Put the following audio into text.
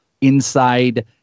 inside